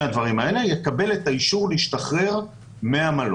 הדברים האלה יקבל את האישור להשתחרר מהמלון.